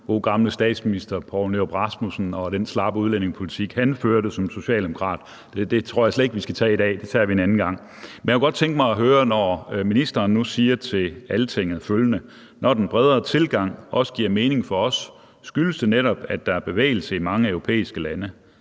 gode gamle statsminister Poul Nyrup Rasmussen og den slappe udlændingepolitik, han førte som socialdemokrat. Det tror jeg slet ikke vi skal tage i dag. Det tager vi en anden gang. Men ministeren har sagt følgende til Altinget: Når den bredere tilgang også giver mening for os, skyldes det netop, at der er bevægelse i mange europæiske lande.